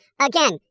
again